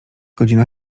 godzina